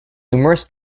numerous